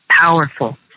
powerful